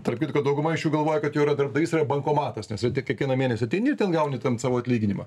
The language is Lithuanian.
tarp kitko dauguma iš jų galvoja kad jau yra darbdavys yra bankomatas nes kiekvieną mėnesį ateini ir ten gauni ten savo atlyginimą